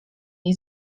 jej